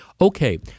Okay